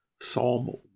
Psalm